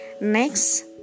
Next